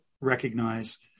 recognize